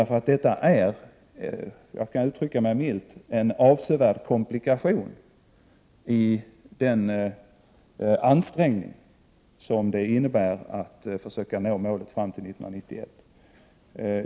För att uttrycka sig milt är detta en avsevärd komplikation i den ansträngning som det innebär att försöka nå det uppställda målet.